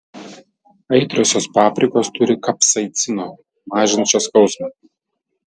aitriosios paprikos turi kapsaicino mažinančio skausmą